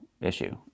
issue